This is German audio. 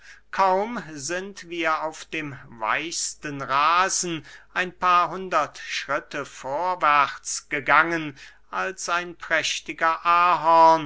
kaum sind wir auf dem weichsten rasen ein paar hundert schritte vorwärts gegangen als ein prächtiger ahorn